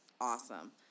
awesome